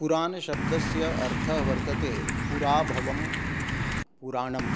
पुराणशब्दस्य अर्थः वर्तते पुरा भवं पुराणम्